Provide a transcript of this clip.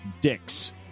dicks